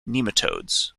nematodes